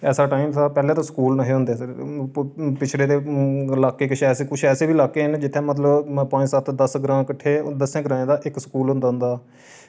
ऐसा टाइम हा पैह्ले ते स्कूल निं हां होंदे सर पिछड़े ते लाके किश ऐसे किश ऐसे बी लाके न जित्थै मतलब पंज सत्त दस ग्रां कट्ठे दस्सें ग्राएं दा इक स्कूल होंदा होंदा